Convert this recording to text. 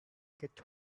get